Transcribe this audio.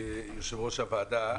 יושב-ראש הוועדה,